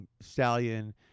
Stallion